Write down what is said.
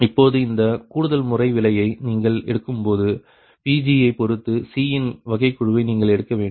இப்பொழுது இந்த கூடுதல்முறை விலையை நீங்கள் எடுக்கும்போது Pg ஐ பொறுத்து Cஇன் வகைக்கெழுவை நீங்கள் எடுக்க வேண்டும்